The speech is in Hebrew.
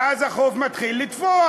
ואז החוב מתחיל לתפוח,